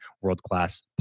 world-class